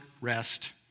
rest